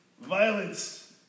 Violence